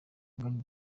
anganya